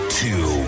two